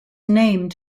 named